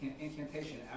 Incantation